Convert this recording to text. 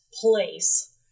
place